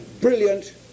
brilliant